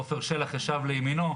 עפר שלח ישב לימינו,